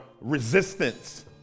resistance